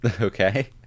Okay